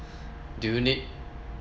do you need